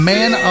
Man